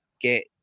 get